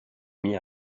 mis